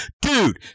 Dude